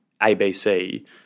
ABC